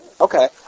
Okay